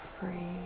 free